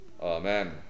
Amen